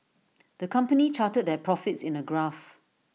the company charted their profits in A graph